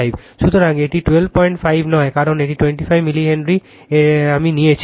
সুতরাং এটি 125 নয় কারণ এটি 25 মিলি হেনরি আমি এটি নিয়েছি